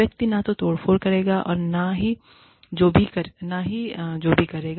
व्यक्ति न तो तोड़फोड़ करेगा और न ही जो भी करेगा